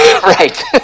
Right